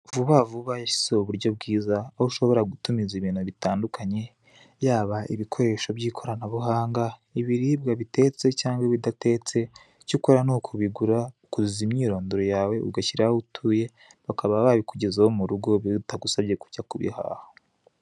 Vuba Vuba yashyizeho uburyo bwiza, aho ushobora gutumiza ibintu bitandukanye, yaba ibikoresho bya ikoranabuhanga, ibiribwa bitetse cyangwa ibidatetse, icyo ukora ni ukubigura, ukuzuza imyirondoro yawe, ugashyiraho aho utuye, bakaba babikugezaho murugo bitagusabye kujya kubihaha.